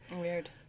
Weird